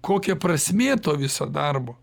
kokia prasmė to viso darbo